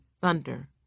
thunder